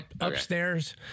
upstairs